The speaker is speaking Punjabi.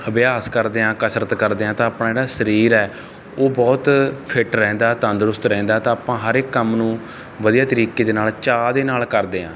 ਅਭਿਆਸ ਕਰਦੇ ਹਾਂ ਕਸਰਤ ਕਰਦੇ ਹਾਂ ਤਾਂ ਆਪਣਾ ਜਿਹੜਾ ਸਰੀਰ ਹੈ ਉਹ ਬਹੁਤ ਫਿੱਟ ਰਹਿੰਦਾ ਤੰਦਰੁਸਤ ਰਹਿੰਦਾ ਤਾਂ ਆਪਾਂ ਹਰੇਕ ਕੰਮ ਨੂੰ ਵਧੀਆ ਤਰੀਕੇ ਦੇ ਨਾਲ ਚਾਅ ਦੇ ਨਾਲ ਕਰਦੇ ਹਾਂ